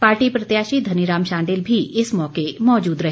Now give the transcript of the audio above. party प्रत्याशी धनीराम शांडिल भी इस मौके मौजूद रहे